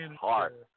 hard